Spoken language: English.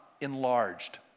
enlarged